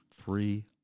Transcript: three